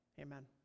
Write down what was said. amen